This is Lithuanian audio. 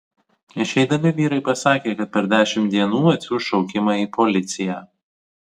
išeidami vyrai pasakė kad per dešimt dienų atsiųs šaukimą į policiją